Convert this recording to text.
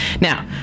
Now